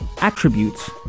attributes